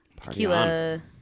tequila